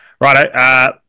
Right